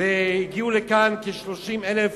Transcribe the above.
הגיעו לכאן כ-30,000